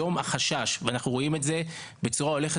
היום החשש ואנחנו רואים את זה בצורה הולכת